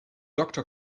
doctor